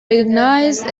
recognized